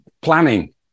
planning